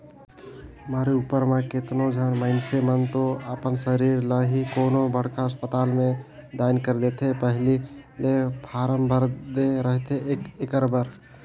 मरे उपर म केतनो झन मइनसे मन तो अपन सरीर ल ही कोनो बड़खा असपताल में दान कइर देथे पहिली ले फारम भर दे रहिथे एखर बर